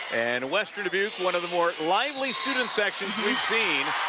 and western dubuque, one of the more lively student sections we've seen